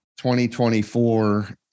2024